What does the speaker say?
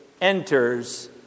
enters